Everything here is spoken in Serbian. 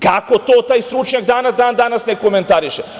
Kako to taj stručnjak dan danas ne komentariše?